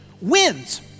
wins